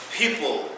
people